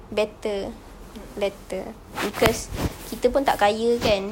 better later because kita pun tak kaya kan